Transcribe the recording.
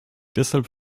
deshalb